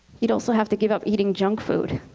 you'd also have to give up eating junk food.